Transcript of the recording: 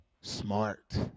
smart